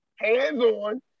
hands-on